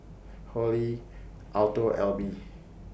Holli Alto Alby